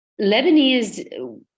Lebanese